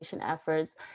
efforts